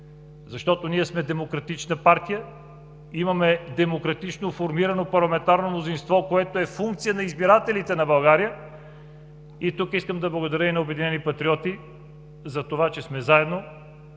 защото сме демократична партия, имаме демократично сформирано парламентарно мнозинство, което е функция на избирателите на България. Тук искам да благодаря и на „Обединени патриоти“ за това, че сме заедно